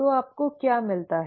तो आपको क्या मिलता है